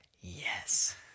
yes